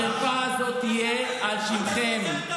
החרפה הזאת תהיה על שמכם.